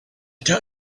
tell